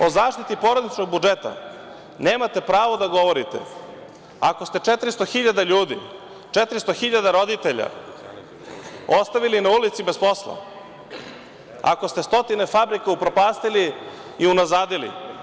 O zaštiti porodičnog budžeta nemate pravo da govorite ako ste 400 hiljada ljudi, 400 hiljada roditelja ostavili na ulici bez posla, ako ste stotine fabrika upropastili i unazadili.